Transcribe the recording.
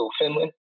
Finland